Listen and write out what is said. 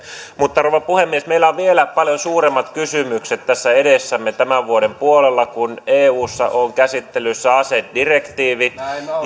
mutta rouva puhemies meillä on vielä paljon suuremmat kysymykset edessämme tämän vuoden puolella kun eussa on käsittelyssä asedirektiivi